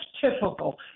typical